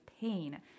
pain